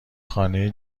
خانه